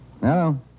Hello